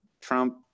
Trump